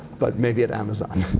but maybe at amazon.